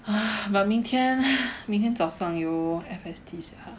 but 明天 明天早上有 F_S_T sia